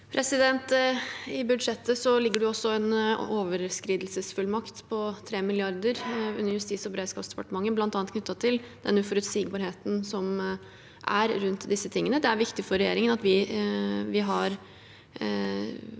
I budsjettet ligger det også en overskridelsesfullmakt på 3 mrd. kr under Justis- og beredskapsdepartementet, bl.a. knyttet til den uforutsigbarheten som er rundt disse tingene. Det er viktig for regjeringen at vi har